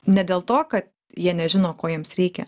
ne dėl to kad jie nežino ko jiems reikia